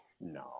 no